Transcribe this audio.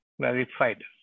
verified